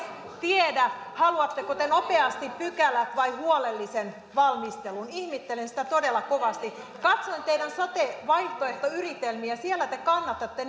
tiedä haluatteko te nopeasti pykälät vai huolellisen valmistelun ihmettelen sitä todella kovasti katsoin teidän sote vaihtoehtoyritelmiä siellä te kannatatte